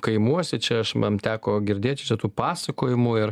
kaimuose čia aš man teko girdėt čia tų pasakojimų ir